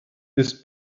ist